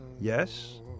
yes